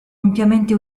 ampiamente